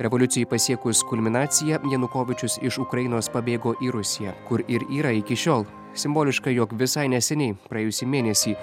revoliucijai pasiekus kulminaciją janukovyčius iš ukrainos pabėgo į rusiją kur ir yra iki šiol simboliška jog visai neseniai praėjusį mėnesį